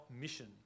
mission